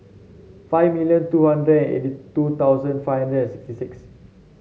five million two hundred and eighty two thousand five hundred and sixty six